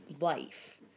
life